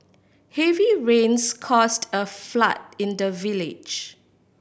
heavy rains caused a flood in the village